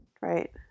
right